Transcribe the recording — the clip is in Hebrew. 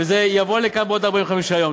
וזה יבוא לכאן בעוד 45 יום.